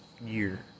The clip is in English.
year